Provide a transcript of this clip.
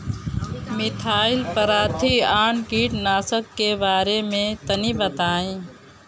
Methyl parathion कीटनाशक के बारे में तनि बताई?